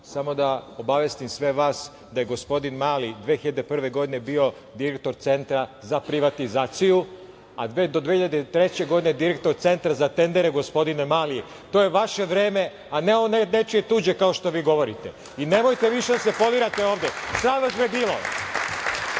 Samo da obavestim sve vas, da je gospodin Mali 2001. godine bio direktor Centra za privatizaciju, a do 2003. godine direktor Centra za tendere. Gospodine Mali, to je vaš vreme, a ne nečije tuđe kao što vi govorite. Nemojte više da se folirate ovde. Sram vas bilo.